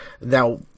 now